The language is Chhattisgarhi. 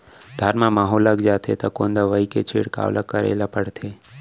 धान म माहो लग जाथे त कोन दवई के छिड़काव ल करे ल पड़थे?